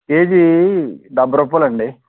KG డబ్భై రూపాయలు అండి